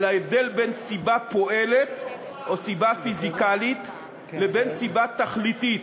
ההבדל בין סיבה פועלת או סיבה פיזיקלית לבין סיבה תכליתית,